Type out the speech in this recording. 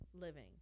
living